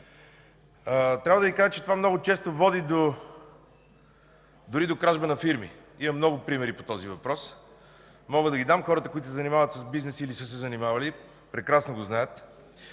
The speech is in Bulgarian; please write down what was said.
Трябва да Ви кажа, че това много често води дори до кражба на фирми. Има много примери по този въпрос, мога да ги дам. Хората, които се занимават с бизнес, или са се занимавали, прекрасно го знаят.